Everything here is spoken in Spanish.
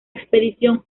expedición